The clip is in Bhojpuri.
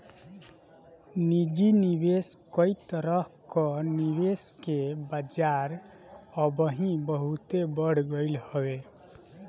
निजी निवेश कई तरह कअ निवेश के बाजार अबही बहुते बढ़ गईल हवे